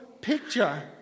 picture